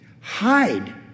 Hide